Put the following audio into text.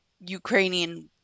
Ukrainian